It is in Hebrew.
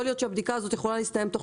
יכול להיות שהבדיקה הזאת יכולה להסתיים תוך